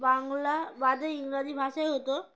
বাংলা বাদে ইংরাজি ভাষায় হতো